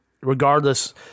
regardless